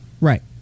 Right